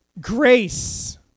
grace